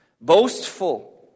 boastful